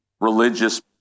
religious